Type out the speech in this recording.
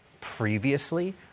previously